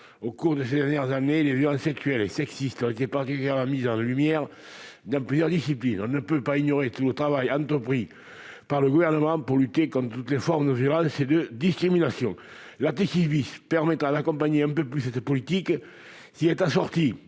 Au cours de ces dernières années, les violences sexuelles et sexistes ont été particulièrement mises en lumière dans plusieurs disciplines. On ne peut toutefois ignorer l'important travail entrepris par le Gouvernement pour lutter contre toutes les formes de violences et de discriminations. L'article 6 permettra d'accompagner un peu plus cette politique s'il est assorti